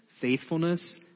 faithfulness